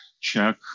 check